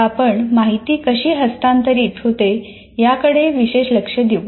आता आपण माहिती कशी हस्तांतरित होते याकडे विशेष लक्ष देऊ